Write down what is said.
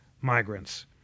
migrants